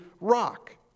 rock